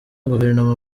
guverinoma